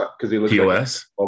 POS